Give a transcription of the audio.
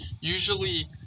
usually